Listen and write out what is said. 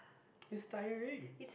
it's tiring